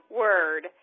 word